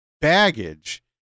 baggage